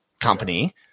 company